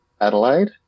Adelaide